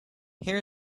here